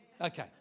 Okay